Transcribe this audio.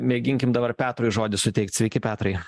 mėginkim dabar petrui žodį suteikt sveiki petrai